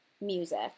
music